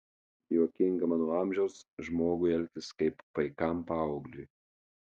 juokinga mano amžiaus žmogui elgtis kaip paikam paaugliui